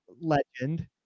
legend